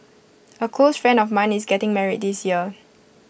A close friend of mine is getting married this year